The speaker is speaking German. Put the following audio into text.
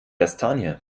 kastanie